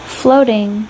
floating